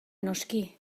noski